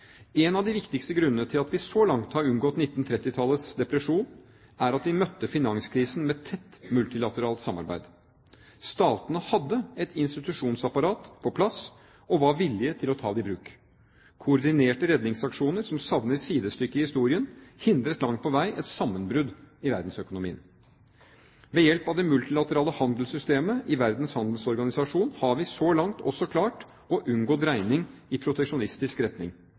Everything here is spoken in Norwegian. En av de viktigste grunnene til at vi så langt har unngått 1930-tallets depresjon, er at vi møtte finanskrisen med tett multilateralt samarbeid. Statene hadde et institusjonsapparat på plass og var villige til å ta det i bruk. Koordinerte redningsaksjoner som savner sidestykke i historien, hindret langt på vei et sammenbrudd i verdensøkonomien. Ved hjelp av det multilaterale handelssystemet i Verdens handelsorganisasjon – WTO – har vi så langt også klart å unngå dreining i proteksjonistisk retning.